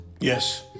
Yes